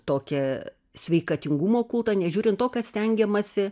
tokį sveikatingumo kultą nežiūrint to kad stengiamasi